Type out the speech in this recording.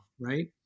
Right